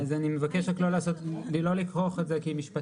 אני מבקש רק לא לכרוך את זה כי משפטית